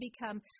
become